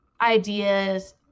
ideas